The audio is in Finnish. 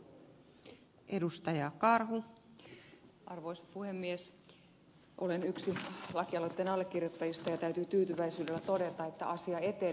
olen yksi lakialoitteen allekirjoittajista ja täytyy tyytyväisyydellä todeta että asia etenee